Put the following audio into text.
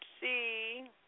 see